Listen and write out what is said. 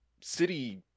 city